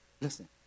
listen